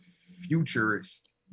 futurist